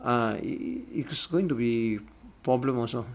it it it's going to be problem also